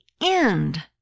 end